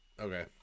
Okay